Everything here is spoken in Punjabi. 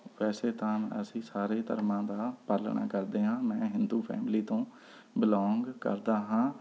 ਵੈਸੇ ਤਾਂ ਅਸੀਂ ਸਾਰੇ ਧਰਮਾਂ ਦਾ ਪਾਲਣਾ ਕਰਦੇ ਹਾਂ ਮੈਂ ਹਿੰਦੂ ਫੈਮਲੀ ਤੋਂ ਬਿਲੌਂਗ ਕਰਦਾ ਹਾਂ